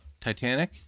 Titanic